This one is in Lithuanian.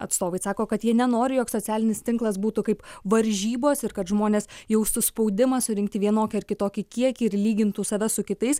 atstovai sako kad jie nenori jog socialinis tinklas būtų kaip varžybos ir kad žmonės jaustų spaudimą surinkti vienokį ar kitokį kiekį ir lygintų save su kitais